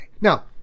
Now